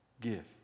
give